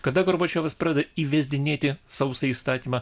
kada gorbačiovas pradeda įvesdinėti sausą įstatymą